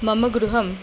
मम गृहं